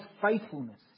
faithfulness